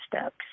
steps